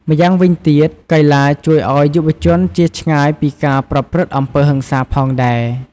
ម្យ៉ាងវិញទៀត កីឡាជួយឲ្យយុវជនជៀសឆ្ងាយពីការប្រព្រឹត្តអំពើហិង្សាផងដែរ។